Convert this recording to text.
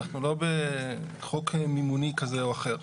אנחנו לא בחוק מימוני כזה או אחר.